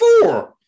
four